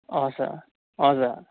हजर हजर